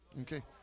Okay